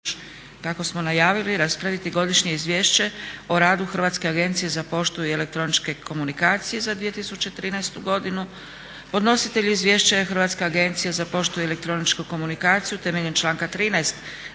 kako smo najavili raspraviti - Godišnje izvješće o radu Hrvatske agencije za poštu i elektroničke komunikacije za 2013. godinu Podnositelj izvješća je Hrvatska agencija za poštu i elektroničku komunikaciju temeljem članka 13.